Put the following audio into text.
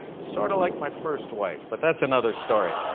sort of like my first wife, but that's another story.